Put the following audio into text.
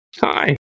hi